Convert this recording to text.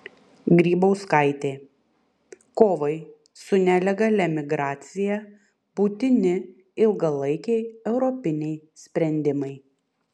grybauskaitė kovai su nelegalia migracija būtini ilgalaikiai europiniai sprendimai